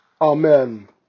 Amen